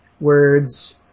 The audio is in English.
words